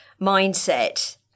mindset